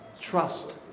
trust